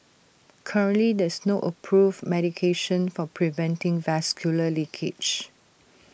currently there is no approved medication for preventing vascular leakage